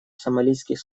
сомалийских